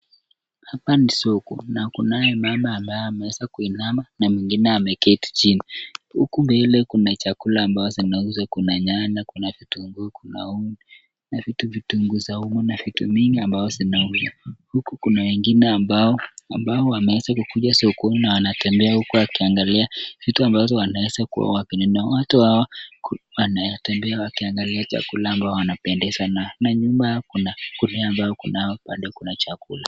Hapa ni soko na kunaye mama ambaye ameweza kuinama na mwingine ameketi chini huku mbele kuna chakula ambazo zinauzwa kuna nyanya, kuna vitunguu, kuna vitunguu saumu na vitu mingi ambazo zinauzwa. Huku kuna wengine ambao wameweza kukuja sokoni na wanatembea huku wakiangalia vitu ambazo wanaweza kuwa wakinunua. Watu hawa wanatembea wakiangalia chakula ambayo wanapendezwa nayo nyuma kuna ngunia ambayo kuna bado chakula.